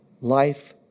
life